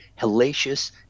hellacious